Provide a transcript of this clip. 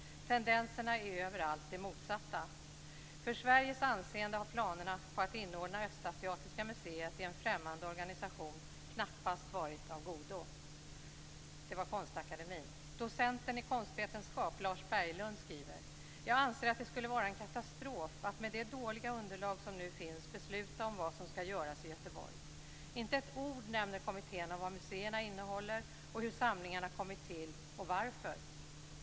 Tendenserna är överallt de motsatta. För Sveriges anseende har planerna att inordna Östasiatiska museet i en främmande organisation knappast varit av godo. Jag anser att det skulle vara en katastrof att med det dåliga underlag som nu finns besluta om vad som skall göras i Göteborg. Inte ett ord nämner kommittén om vad museerna innehåller, hur samlingarna kommit till och varför.